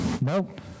Nope